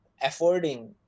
affording